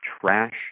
trash